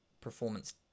performance